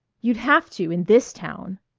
you'd have to in this town,